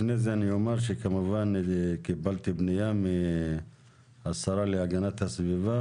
לפני זה אני אומר שכמובן קיבלתי פנייה מהשרה להגנת הסביבה